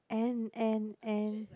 and and and